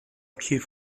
کیف